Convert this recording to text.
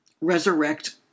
resurrect